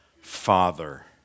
Father